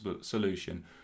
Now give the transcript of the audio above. solution